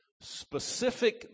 specific